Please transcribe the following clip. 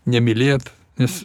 nemylėt nes